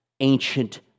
ancient